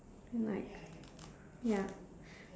and like ya